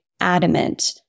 adamant